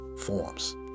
forms